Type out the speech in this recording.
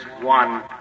one